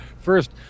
First